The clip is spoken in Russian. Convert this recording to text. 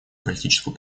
политическую